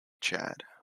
chad